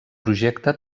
projecte